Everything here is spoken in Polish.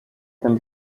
tym